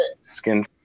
skin